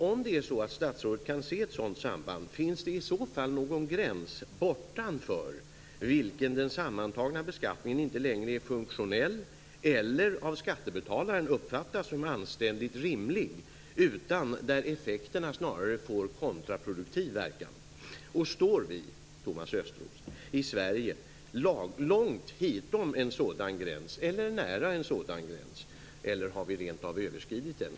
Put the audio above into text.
Om det är så att statsrådet kan se ett sådant samband, finns det i så fall någon gräns bortanför vilken den sammantagna beskattningen inte längre är funktionell, eller av skattebetalaren uppfattas som anständigt rimlig, utan där effekterna snarast blir kontraproduktiva? Står vi i Sverige, Thomas Östros, långt hitom en sådan gräns eller nära en sådan gräns? Eller har vi rent av överskridit den?